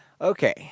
Okay